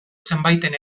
zenbaiten